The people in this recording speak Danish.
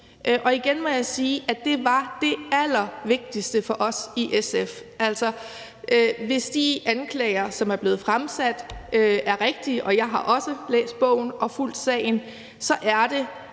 Igen må jeg sige, at det var det allervigtigste for os i SF. Hvis de anklager, som er blevet fremsat, er rigtige – jeg har også læst bogen og fulgt sagen – så er det